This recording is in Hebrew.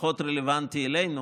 פחות רלוונטי אלינו.